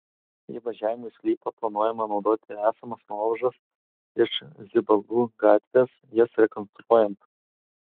įvažiavimui į sklypą planuojama naudoti esamas nuovažas iš zibalų gatvės jas rekonstruojant